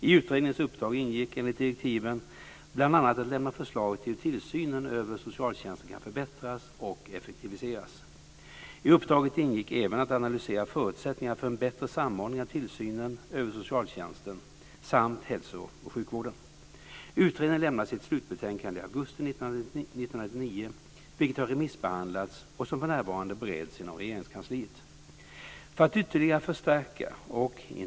I utredningens uppdrag ingick enligt direktiven bl.a. att lämna förslag till hur tillsynen över socialtjänsten kan förbättras och effektiviseras. I uppdraget ingick även att analysera förutsättningarna för en bättre samordning av tillsynen över socialtjänsten samt hälso och sjukvården. Utredningen lämnade sitt slutbetänkande i augusti 1999, vilket har remissbehandlats och som för närvarande bereds inom Regeringskansliet.